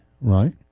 right